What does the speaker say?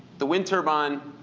the wind turbine